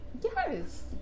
yes